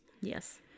yes